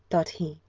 thought he,